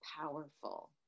powerful